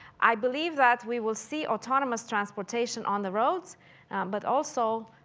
i believe that we will see autonomous transportation on the roads but also